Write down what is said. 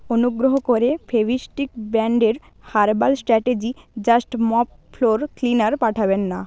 অনুগ্রহ করে ফেভিস্টিক ব্র্যান্ডের herbal strategy just mop floor cleaner পাঠাবেন না